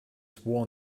sworn